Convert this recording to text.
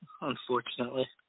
unfortunately